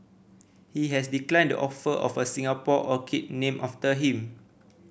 he has declined the offer of a Singapore orchid named after him